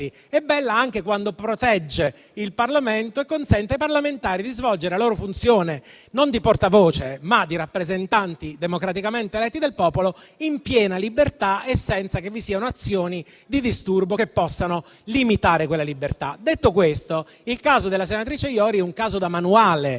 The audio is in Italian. È bella anche quando protegge il Parlamento e consente ai parlamentari di svolgere la loro funzione, non di portavoce, ma di rappresentanti democraticamente eletti dal popolo in piena libertà e senza che vi siano azioni di disturbo che possano limitare quelle libertà. Detto questo, il caso della senatrice Iori è da manuale,